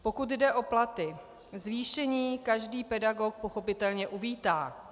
Pokud jde o platy, zvýšení každý pedagog pochopitelně uvítá.